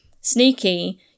sneaky